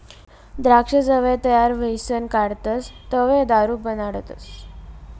द्राक्ष जवंय तयार व्हयीसन काढतस तवंय दारू बनाडतस